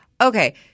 Okay